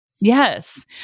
Yes